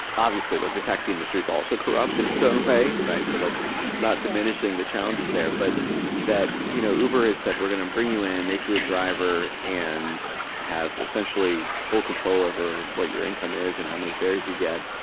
obviously, like the taxi industry is also corrupt in its own way, so like not diminishing the challenges there but that you know uber has said, we're going to bring you in, make you a driver, and have essentially have full control over what your income is and how many fares you get,